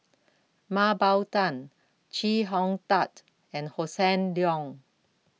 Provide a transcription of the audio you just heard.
Mah Bow Tan Chee Hong Tat and Hossan Leong